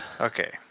Okay